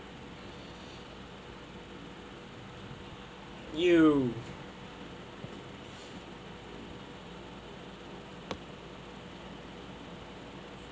!eww!